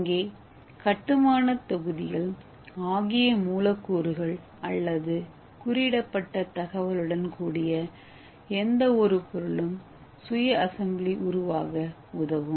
இங்கே கட்டுமான தொகுதிகள் ஆகிய மூலக்கூறுகள் அல்லது குறியிடப்பட்ட தகவலுடன் கூடிய எந்தவொரு பொருளும் சுய அசெம்பிளி உருவாக உதவும்